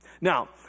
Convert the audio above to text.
Now